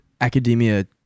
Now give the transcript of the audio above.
Academia